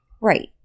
right